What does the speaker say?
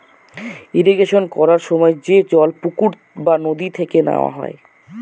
irrigation করার সময় যে জল পুকুর বা নদী থেকে নেওয়া হয়